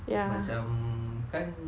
macam kan